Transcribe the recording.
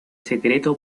secreto